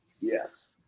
Yes